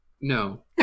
No